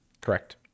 Correct